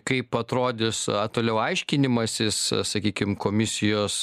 kaip atrodys toliau aiškinimasis sakykim komisijos